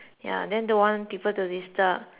don't want people to disturb